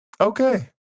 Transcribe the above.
Okay